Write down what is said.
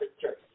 Church